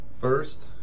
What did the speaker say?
first